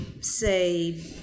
say